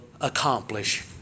accomplish